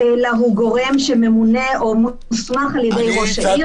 אלא הוא גורם שממונה או מוסמך על ידי ראש העיר,